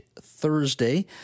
Thursday